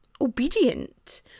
obedient